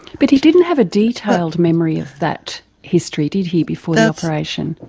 but he didn't have a detailed memory of that history, did he, before the operation.